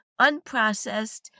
Unprocessed